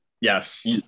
yes